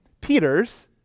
Peter's